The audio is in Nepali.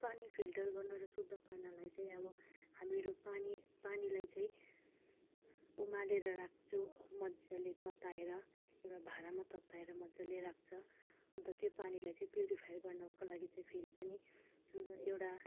पानी फिल्टर गर्नु र शुद्ध पार्नलाई चाहिँ अब हामीहरू पानी पानीलाई चाहिँ उमालेर राख्छु मजाले तताएर एउडा भाँडामा तताएर मज्जाले राख्छ अन्त त्यो पानीलाई चाहिँ प्युरिफायर गर्नुको लागि चाहिँ फेरि पनि एउटा